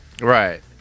Right